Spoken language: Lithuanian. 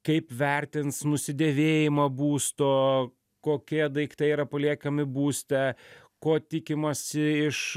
kaip vertins nusidėvėjimą būsto kokie daiktai yra paliekami būste ko tikimasi iš